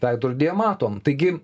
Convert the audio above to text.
veidrodyje matom taigi